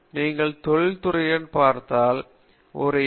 நீங்கள் தொழிற்துறையைப் பார்த்தால் ஒரு எம்